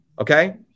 okay